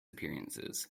appearances